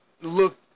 look